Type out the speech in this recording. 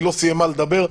היא לא סיימה לדבר,